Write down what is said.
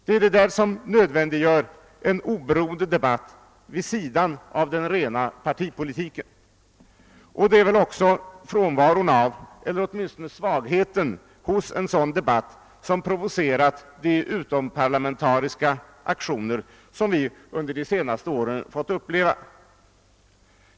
Det är detta som nödvändiggör en oberoende debatt vid sidan av den rena partipolitiken, och det är väl också frånvaron av, eller åtminstone svagheten hos, en sådan debatt som provocerat de utomparlamentariska aktioner som vi under de senaste åren har fått uppleva.